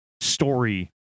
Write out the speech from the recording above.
story